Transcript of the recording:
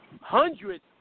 hundreds